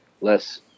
less